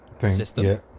system